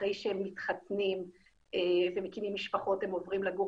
אחרי שהם מתחתנים ומקימים משפחות הם עוברים לגור